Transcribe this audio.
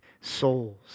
souls